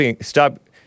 stop